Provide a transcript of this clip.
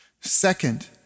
Second